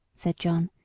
said john,